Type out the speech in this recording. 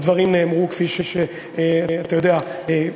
הדברים נאמרו כפי שאתה יודע,